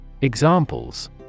Examples